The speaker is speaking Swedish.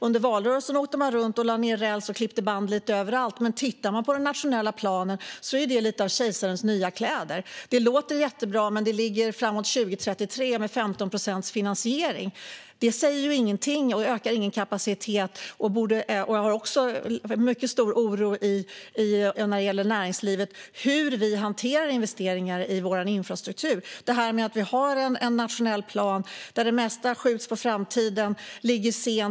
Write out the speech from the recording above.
Under valrörelsen åkte man runt och lade ned räls och klippte band lite överallt, men den som tittar i den nationella planen ser att det är lite av kejsarens nya kläder. Det låter jättebra, men det ligger framåt 2033, med 15 procents finansiering. Det säger ju ingenting och ökar ingen kapacitet. Det finns också en mycket stor oro från näringslivet när det gäller hur vi hanterar investeringar i vår infrastruktur. Vi har en nationell plan där det mesta skjuts på framtiden eller ligger sent.